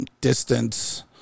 distance